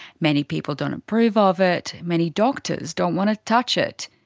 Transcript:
many people don't approve of it, many doctors don't want to touch it,